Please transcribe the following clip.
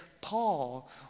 Paul